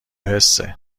حسه